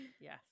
Yes